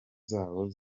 zabo